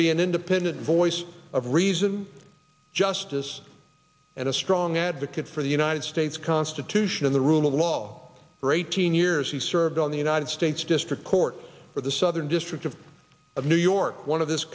be an independent voice of reason justice and a strong advocate for the united states constitution in the rule of law for eighteen years he served on the united states district court for the southern district of new york one of this